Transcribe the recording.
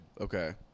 Okay